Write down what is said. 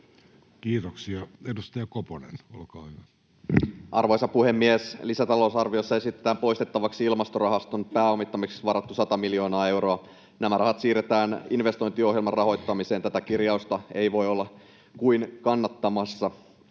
Kiitoksia. — Edustaja Koponen, olkaa hyvä. Arvoisa puhemies! Lisätalousarviossa esitetään poistettavaksi Ilmastorahaston pääomittamiseksi varattu 100 miljoonaa euroa. Nämä rahat siirretään investointiohjelman rahoittamiseen. Tätä kirjausta ei voi olla kuin kannattamassa